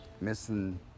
missing